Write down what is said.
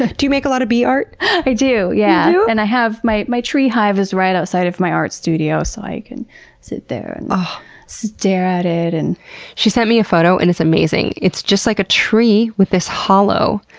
ah do you make a lot of bee art? i do. yeah, and my my tree hive is right outside of my art studio so i can sit there and stare at it. and she sent me a photo and it's amazing. it's just like a tree with this hollow,